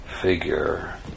figure